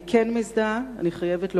אני כן מזדהה, אני חייבת לומר,